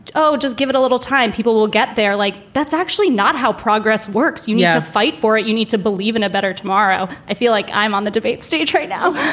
oh, just give it a little time, people will get there like that's actually not how progress works. you need to fight for it. you need to believe in a better tomorrow. i feel like i'm on the debate stage right now.